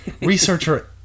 Researcher